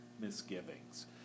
misgivings